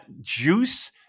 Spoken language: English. Juice